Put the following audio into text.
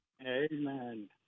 amen